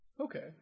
Okay